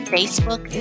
Facebook